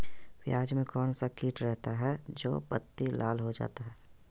प्याज में कौन सा किट रहता है? जो पत्ती लाल हो जाता हैं